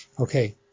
Okay